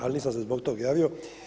Ali nisam se zbog toga javio.